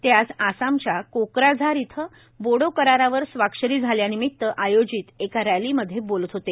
ते आज आसामच्या कोक्राझार इथं बोडो करारावर स्वाक्षऱ्या झाल्यानिमित्त आयोजित एका रॅलीमध्ये बोलत होते